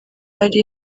ari